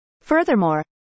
Furthermore